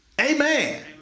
Amen